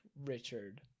Richard